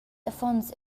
affons